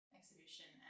exhibition